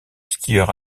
skieur